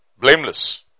blameless